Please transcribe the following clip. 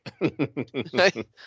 right